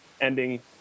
ending